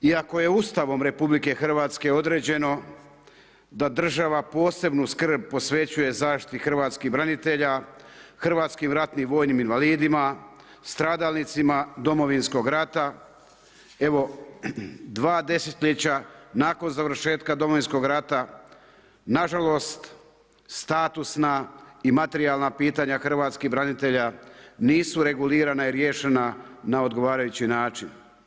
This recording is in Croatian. Iako je Ustavom RH, određeno da država posebnu skrb posvećuje zaštiti hrvatskim branitelja, hrvatskim ratnim vojnim invalidima, stradalnicima Domovinskog rata, evo, 2 desetljeća, nakon završetka Domovinskog rata, nažalost, statusna i materijalna pitanja hrvatskih branitelja, nisu regulirana i riješena na odgovarajući način.